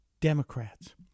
Democrats